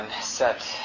set